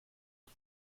und